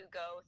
go